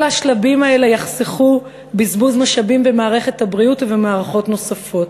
כל השלבים האלה יחסכו בזבוז משאבים במערכת הבריאות ובמערכות נוספות.